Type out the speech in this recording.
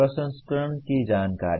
प्रसंस्करण की जानकारी